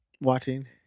Watching